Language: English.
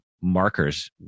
markers